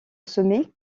sommet